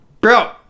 bro